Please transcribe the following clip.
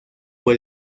por